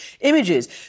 images